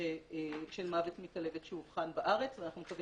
של מוות מכלבת שאובחן בארץ ואנחנו מקווים